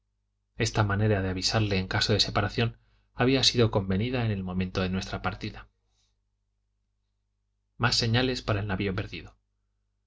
esta manera de avisarse en caso de separación había sido convenida en el momento de nuestra partida más señales para el navio perdido